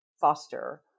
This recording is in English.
foster